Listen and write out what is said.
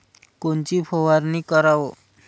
कोनची फवारणी कराव?